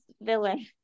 villain